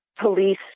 police